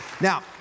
Now